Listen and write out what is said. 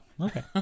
okay